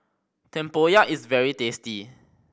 tempoyak is very tasty